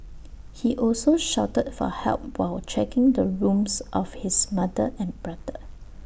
he also shouted for help while checking the rooms of his mother and brother